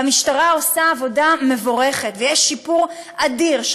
והמשטרה עושה עבודה מבורכת ויש שיפור אדיר.